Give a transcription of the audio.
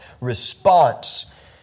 response